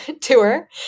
tour